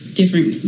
different